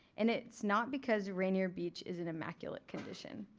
and it's not because rainier beach is in immaculate condition.